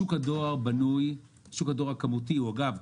שוק הדואר הכמותי אגב,